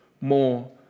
more